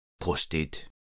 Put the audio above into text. posted